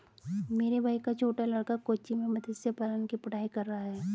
मेरे भाई का छोटा लड़का कोच्चि में मत्स्य पालन की पढ़ाई कर रहा है